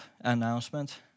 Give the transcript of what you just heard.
announcement